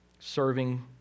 Serving